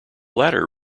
latter